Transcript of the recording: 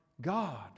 God